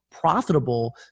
profitable